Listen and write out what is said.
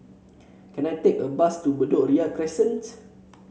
can I take a bus to Bedok Ria Crescent